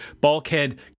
Bulkhead